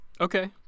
Okay